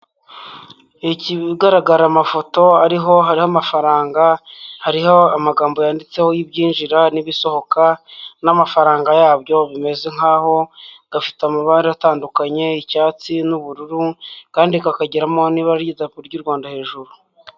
Ikigaragara amafoto ariho hariho amafaranga, hariho amagambo yanditseho ibyinjira n'ibisohoka, n'amafaranga yabyo, bimeze nkaho gafite amabara atandukanye, icyatsi n'ubururu kandi kakagiramo n'ibara ry'idarapo ry'u Rwanda hejuru.